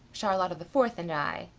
charlotta the fourth and i.